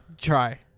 Try